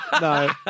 No